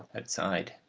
outside,